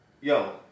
yo